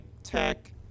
tech